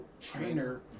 trainer